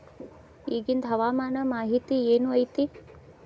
ಇಗಿಂದ್ ಹವಾಮಾನ ಮಾಹಿತಿ ಏನು ಐತಿ?